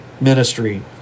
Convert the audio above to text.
ministry